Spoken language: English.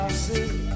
see